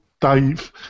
Dave